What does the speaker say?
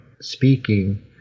speaking